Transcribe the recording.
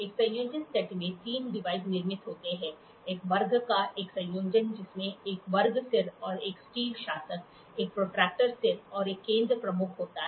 एक संयोजन सेट में तीन डिवाइस निर्मित होते हैं एक वर्ग का एक संयोजन जिसमें एक वर्ग सिर और एक स्टील शासक एक प्रोट्रेक्टर सिर और एक केंद्र प्रमुख होता है